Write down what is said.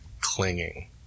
clinging